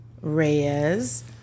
Reyes